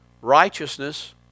Righteousness